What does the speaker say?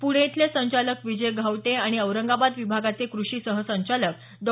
पुणे इथले संचालक विजय घावटे आणि औरंगाबाद विभागाचे कृषी सहसंचालक डॉ